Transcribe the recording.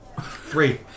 Three